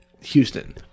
Houston